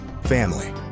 family